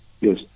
yes